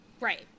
right